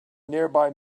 nearby